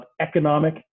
economic